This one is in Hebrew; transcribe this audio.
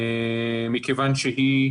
מכיוון שהיא